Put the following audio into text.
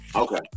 okay